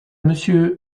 monsieur